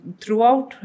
throughout